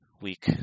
week